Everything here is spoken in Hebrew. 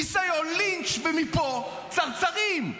ניסיון לינץ', ומפה, צרצרים.